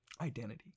identity